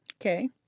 Okay